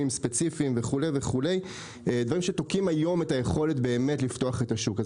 ספציפיים דברים שתוקעים היום את היכולת לפתוח את השוק הזה.